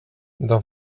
dans